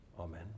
amen